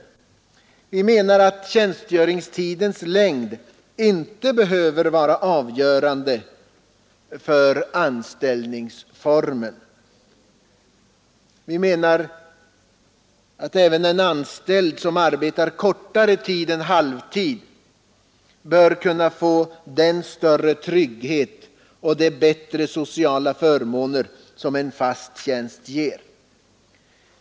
Vi menar att tjänstgöringstidens längd inte behöver vara avgörande för anställningsformen. Även en anställd som arbetar kortare tid än halvtid bör kunna få den större trygghet och de bättre sociala förmåner som en fast tjänst ger.